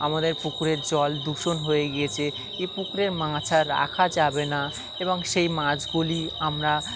আমাদের পুকুরের জল দূষণ হয়ে গিয়েছে এই পুকুরের মাছ আর রাখা যাবে না এবং সেই মাছগুলি আমরা